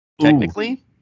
technically